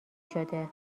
شده